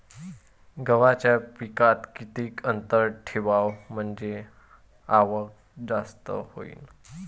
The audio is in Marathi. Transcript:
गव्हाच्या पिकात किती अंतर ठेवाव म्हनजे आवक जास्त होईन?